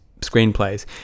screenplays